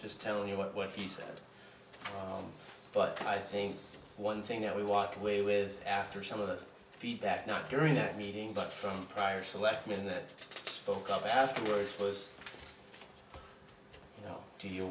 just tell you what he said but i think one thing that we walk away with after some of the feedback not during that meeting but from prior selectman that spoke up afterwards was you know do you